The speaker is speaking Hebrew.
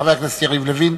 חבר הכנסת יריב לוין.